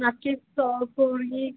आप किस शॉप यह